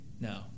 No